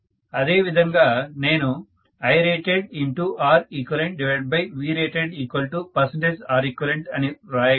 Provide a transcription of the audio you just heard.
అదే విధంగా నేను IRatedReqVratedReq అని రాయగలను